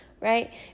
right